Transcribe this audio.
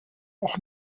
auch